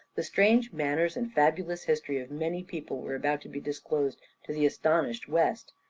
the strange manners and fabulous history of many people were about to be disclosed to the astonished west.